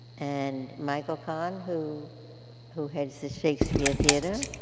and michael kahn who who heads the shakespeare theater.